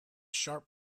sharp